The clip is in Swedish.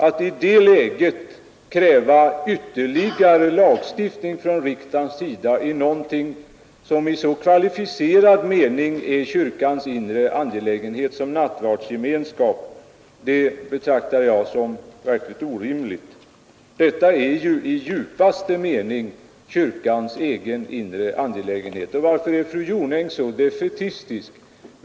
Att i det läget kräva ytterligare lagstiftning från riksdagens sida i någonting som i så kvalificerad mening är kyrkans inre angelägenheter som nattvardsgemenskap betraktar jag som verkligt orimligt. Detta är i djupaste mening kyrkans egen inre angelägenhet. Varför är fru Jonäng så defaitistisk?